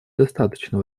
достаточно